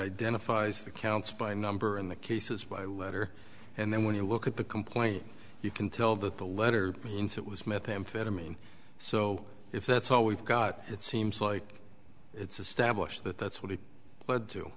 identifies the counts by number in the cases by letter and then when you look at the complaint you can tell that the letter means it was methamphetamine so if that's all we've got it seems like it's established that that's what it